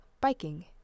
biking